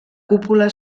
cúpula